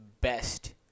best